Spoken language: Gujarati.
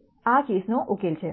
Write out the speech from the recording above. સ્લાઈડનો સંદર્ભ લો 0812